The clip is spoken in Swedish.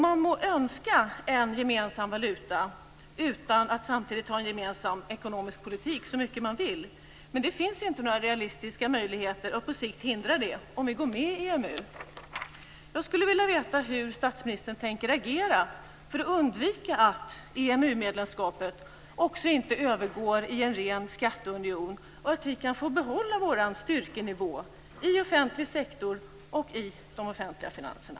Man må önska en gemensam valuta utan att man samtidigt har en gemensam ekonomisk politik så mycket man vill. Men det finns inte några realistiska möjligheter, och på sikt hindrar det om vi går med i EMU. Jag skulle vilja veta hur statsministern tänker agera för att undvika att EMU-medlemskapet övergår i en ren skatteunion och för att vi ska kunna behålla vår styrkenivå i den offentliga sektorn och i de offentliga finanserna.